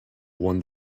won